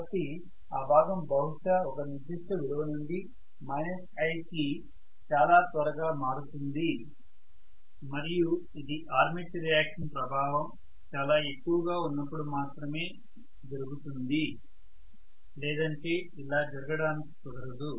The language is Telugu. కాబట్టి ఆ భాగం బహుశా ఒక నిర్దిష్ట విలువ నుండి I కి చాలా త్వరగా మారుతుంది మరియు ఇది ఆర్మేచర్ రియాక్షన్ ప్రభావం చాలా ఎక్కువ గా ఉన్నపుడు మాత్రమే ఇది జరుగుతుంది లేదంటే ఇలా జరగడానికి కుదరదు